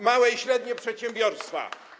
Małe i średnie przedsiębiorstwa.